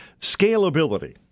scalability